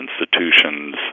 institutions